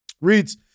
Reads